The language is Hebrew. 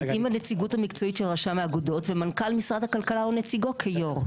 עם הנציגות המקצועי של רשם האגודות ומנכ"ל משרד הכלכלה ונציגו כיו"ר.